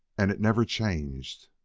and it never changed.